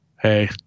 Hey